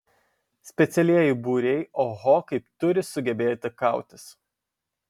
specialieji būriai oho kaip turi sugebėti kautis